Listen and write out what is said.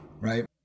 right